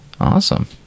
Awesome